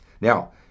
now